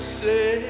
say